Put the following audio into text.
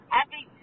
Happy